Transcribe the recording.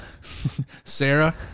Sarah